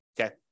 Okay